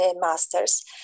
masters